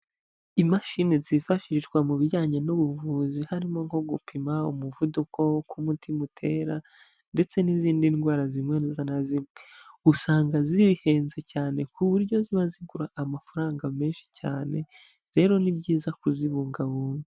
Imashini zifashishwa mu bijyanye n'ubuvuzi harimo nko gupima umuvuduko, uko umutima utera ndetse n'izindi ndwara zimwe na zimwe. Usanga zihenze cyane ku buryo ziba zigura amafaranga menshi cyane, rero ni byiza kuzibungabunga.